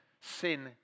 sin